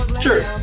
Sure